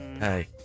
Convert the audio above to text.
Hey